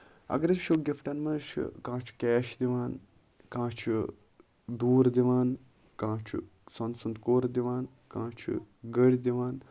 اَگر أسۍ وُچھو گِفٹن منٛز چھُ کانٛہہ چھُ کیش دِوان کانٛہہ چھُ دوٗر دِوان کانٛہہ چھُ سونہٕ سُند کوٚر دِوان کانٛہہ گٔر دِوان